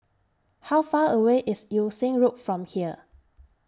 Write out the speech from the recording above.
How Far away IS Yew Siang Road from here